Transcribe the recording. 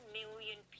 million